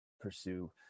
pursue